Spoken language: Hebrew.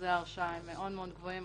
שאחוזי ההרשעה הם מאוד גבוהים.